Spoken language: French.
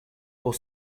pour